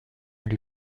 lui